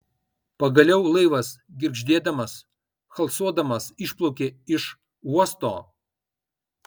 pagaliau laivas girgždėdamas halsuodamas išplaukė iš uosto